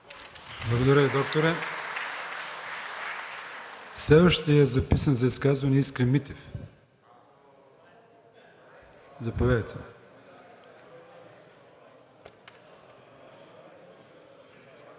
Благодаря Ви, Докторе. Следващият записан за изказване е Искрен Митев. Заповядайте.